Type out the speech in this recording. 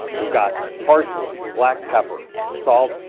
we've got parsley, black pepper, salt,